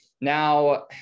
Now